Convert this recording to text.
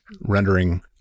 rendering